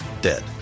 dead